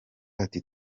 ati